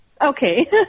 Okay